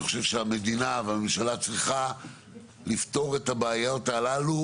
אני חושב שהמדינה והממשלה צריכה לפתור את הבעיות הללו,